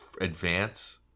advance